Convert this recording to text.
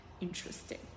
Interesting